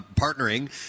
partnering